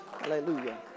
Hallelujah